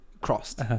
crossed